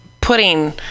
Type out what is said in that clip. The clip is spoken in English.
putting